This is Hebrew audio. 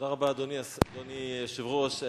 תודה רבה, אדוני היושב-ראש.